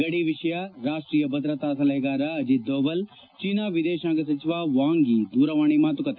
ಗಡಿ ವಿಷಯ ರಾಷ್ಷೀಯ ಭದ್ರತಾ ಸಲಹೆಗಾರ ಅಜಿತ್ ದೋವಲ್ ಚೀನಾ ವಿದೇಶಾಂಗ ಸಚಿವ ವಾಂಗ್ ಯಿ ದೂರವಾಣಿ ಮಾತುಕತೆ